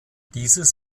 dieses